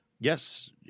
yes